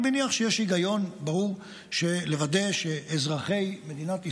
אני מניח שיש היגיון ברור לוודא שאזרחי מדינת ישראל,